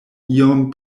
iom